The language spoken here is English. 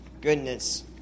goodness